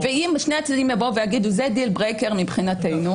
ואם שני הצדדים יגידו: זה דיל ברייקר מבחינתנו,